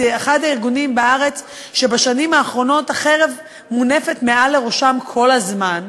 זה אחד הארגונים בארץ שבשנים האחרונות החרב מונפת מעל לראשם כל הזמן.